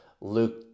Luke